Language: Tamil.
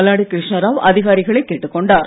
மல்லாடி கிருஷ்ணராவ் அதிகாரிகளை கேட்டுக் கொண்டார்